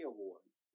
Awards